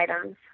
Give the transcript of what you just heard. items